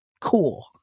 cool